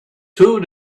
two